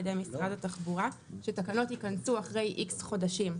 ידי משרד התחבורה שתקנות ייכנסו אחרי איקס חודשים.